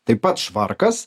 taip pat švarkas